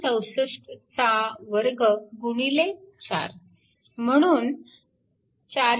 64 चा वर्ग गुणिले 4 म्हणून 453